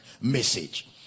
message